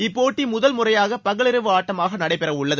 இப்போட்டி முதன் முறையாக பகலிரவு ஆட்டமாக நடைபெற உள்ளது